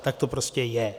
Tak to prostě je.